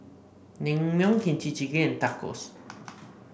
Naengmyeon Kimchi Jjigae and Tacos